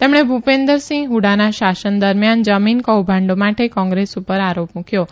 તેમણે ભુપેન્દ્રસિંહ હુડાના શાસન દરમિયાન જમીન કૌભાડો માટે કોંગ્રેસ પર આરોપ મુકથો